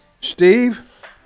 Steve